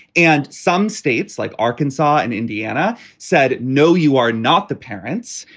and some states like arkansas and indiana said, no, you are not the parents.